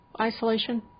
Isolation